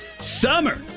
summer